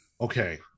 Okay